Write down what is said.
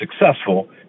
successful